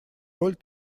роль